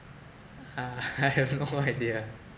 uh I have no idea